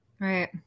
Right